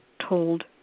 told